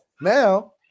Now